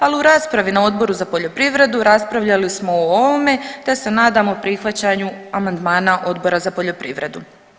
Ali u raspravi na Odboru za poljoprivredu raspravljali smo o ovome te se nadamo prihvaćanju amandmana Odbora za poljoprivredu.